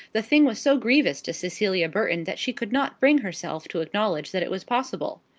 the thing was so grievous to cecilia burton, that she could not bring herself to acknowledge that it was possible.